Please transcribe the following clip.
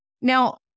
now